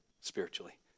spiritually